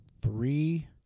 three